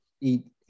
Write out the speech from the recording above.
eat